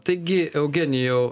taigi eugenijau